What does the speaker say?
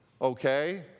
Okay